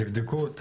תבדקו,